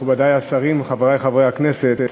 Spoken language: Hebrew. מכובדי השרים וחברי חברי הכנסת,